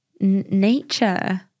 Nature